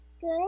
Good